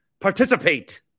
participate